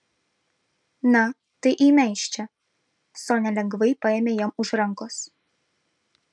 na tai eime iš čia sonia lengvai paėmė jam už rankos